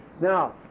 Now